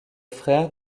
frère